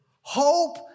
Hope